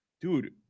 dude